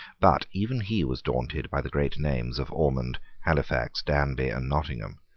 but even he was daunted by the great names of ormond, halifax, danby, and nottingham,